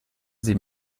sie